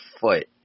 foot